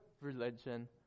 religion